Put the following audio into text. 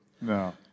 No